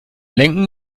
lenken